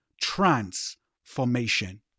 transformation